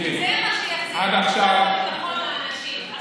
זה מה שיחזיר את הביטחון לאנשים.